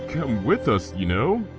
come with us you know.